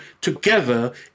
together